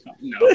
No